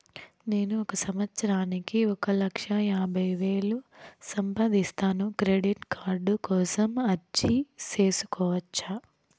నేను ఒక సంవత్సరానికి ఒక లక్ష యాభై వేలు సంపాదిస్తాను, క్రెడిట్ కార్డు కోసం అర్జీ సేసుకోవచ్చా?